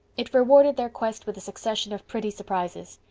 it rewarded their quest with a succession of pretty surprises.